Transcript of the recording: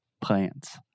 plants